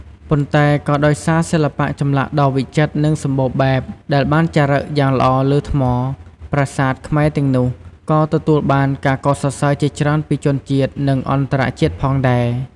ប៉ុន្តែក៏ដោយសារសិល្បៈចម្លាក់ដ៏វិចិត្រនិងសម្បូរបែបដែលបានចារឹកយ៉ាងល្អលើថ្ម ប្រាសាទខ្មែរទាំងនោះក៏ទទួលបានការសរសើរជាច្រើនពីជនជាតិ និងអន្តរជាតិផងដែរ។